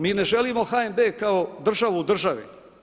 Mi ne želimo HNB kao državu u državi.